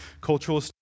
cultural